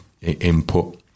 input